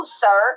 sir